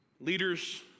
leaders